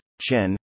Chen